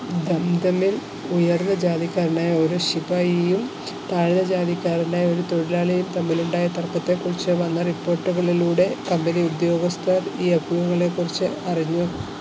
ദംദമിൽ ഉയർന്ന ജാതിക്കാരനായ ഒരു ശിപായിയും താഴ്ന്ന ജാതിക്കാരനായ ഒരു തൊഴിലാളിയും തമ്മിലുണ്ടായ തർക്കത്തെക്കുറിച്ച് വന്ന റിപ്പോർട്ടുകളിലൂടെ കമ്പനി ഉദ്യോഗസ്ഥർ ഈ അഭ്യൂഹങ്ങളെക്കുറിച്ച് അറിഞ്ഞു